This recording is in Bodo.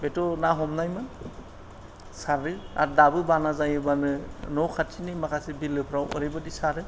बेथ' ना हमनायमोन सारो आरो दाबो बाना जायोबानो न' खाथिनि माखासे बिलोफ्राव ओरैबादि सारो